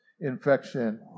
infection